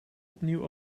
opnieuw